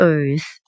Earth